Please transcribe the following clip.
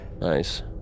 Nice